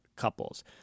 Couples